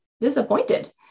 disappointed